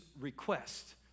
request